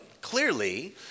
Clearly